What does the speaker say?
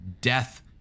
death